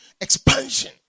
expansion